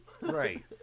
right